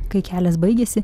kai kelias baigiasi